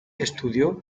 estudió